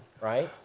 right